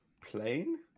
plane